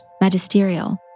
magisterial